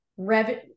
revenue